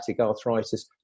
arthritis